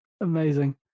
Amazing